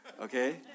okay